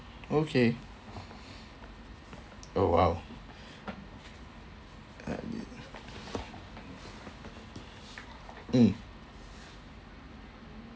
okay oh !wow! uh mm